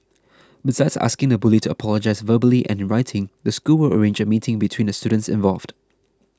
besides asking the bully to apologise verbally and in writing the school will arrange a meeting between the students involved